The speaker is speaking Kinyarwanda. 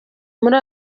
muri